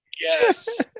yes